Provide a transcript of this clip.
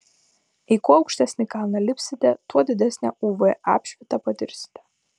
į kuo aukštesnį kalną lipsite tuo didesnę uv apšvitą patirsite